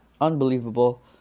Unbelievable